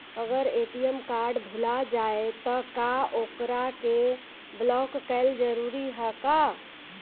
अगर ATM card भूला जाए त का ओकरा के बलौक कैल जरूरी है का?